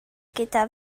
gyda